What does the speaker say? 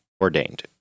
ordained